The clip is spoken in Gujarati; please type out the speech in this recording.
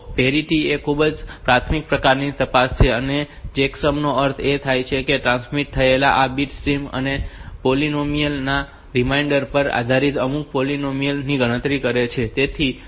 તો આ પેરિટી એ ખૂબ જ પ્રાથમિક પ્રકારની તપાસ છે અને ચેકસમ નો અર્થ એ થાય છે કે તે ટ્રાન્સમિટ થયેલા આ બીટ સ્ટ્રીમ અને પોલીનોમિયલ ના રીમાઇન્ડર પર આધારિત અમુક પોલીનોમિયલ ની ગણતરી કરે છે